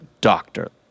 doctor